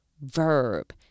verb